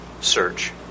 search